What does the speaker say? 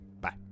Bye